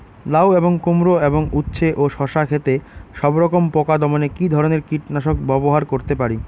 লাউ এবং কুমড়ো এবং উচ্ছে ও শসা ক্ষেতে সবরকম পোকা দমনে কী ধরনের কীটনাশক ব্যবহার করতে পারি?